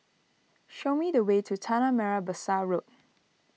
show me the way to Tanah Merah Besar Road